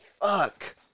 Fuck